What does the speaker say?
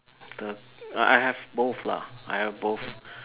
the I I have both lah I have both